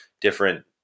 different